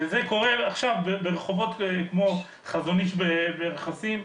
וזה קורה עכשיו ברחובות כמו חזון איש ברכסים,